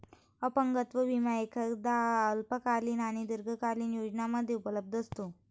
अपंगत्व विमा अनेकदा अल्पकालीन आणि दीर्घकालीन योजनांमध्ये उपलब्ध असतो